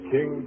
King